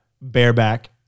bareback